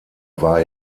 war